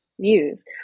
views